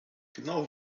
genau